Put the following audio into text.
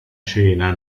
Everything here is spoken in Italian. cena